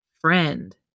friend